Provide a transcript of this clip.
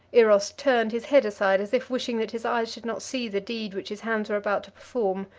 eros turned his head aside as if wishing that his eyes should not see the deed which his hands were about to perform.